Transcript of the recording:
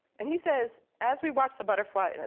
and he says, as we watch the butterfly,